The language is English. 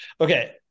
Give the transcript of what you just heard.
Okay